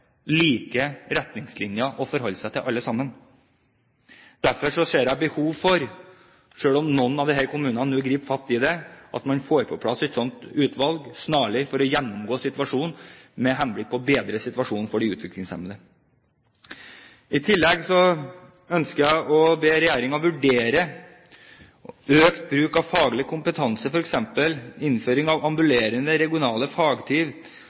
like retningslinjer å forholde seg til. Derfor ser jeg behov for, selv om noen av disse kommunene nå griper fatt i dette, at man får på plass et slikt utvalg snarlig, for å gjennomgå situasjonen med henblikk på å bedre forholdene for de utviklingshemmede. I tillegg ønsker jeg å be regjeringen vurdere økt bruk av faglig kompetanse, f.eks. innføring av ambulerende regionale